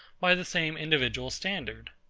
by the same individual standard.